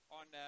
on